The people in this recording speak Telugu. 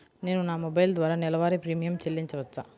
నేను నా మొబైల్ ద్వారా నెలవారీ ప్రీమియం చెల్లించవచ్చా?